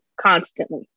constantly